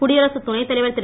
குடியரசு துணைத்தலைவர்ட திரு